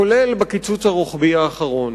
כולל בקיצוץ הרוחבי האחרון,